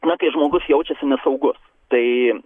na kai žmogus jaučiasi nesaugus tai